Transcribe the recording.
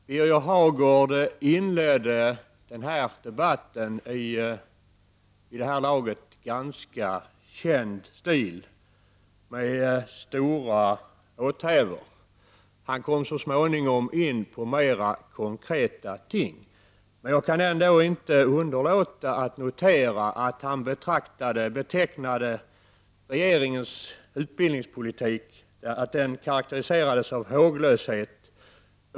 Herr talman! Birger Hagård inledde debatten i en vid det här laget ganska känd stil, med stora åthävor. Han kom så småningom in på mer konkreta ting, men jag kan ändå inte underlåta att notera att han betecknade regeringens utbildningspolitik som att den karakteriseras av håglöshet.